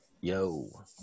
Yo